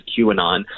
QAnon